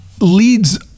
leads